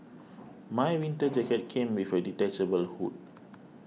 my winter jacket came with a detachable hood